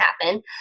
happen